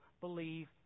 believe